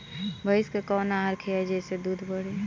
भइस के कवन आहार खिलाई जेसे दूध बढ़ी?